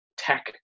tech